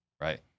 right